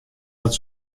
dat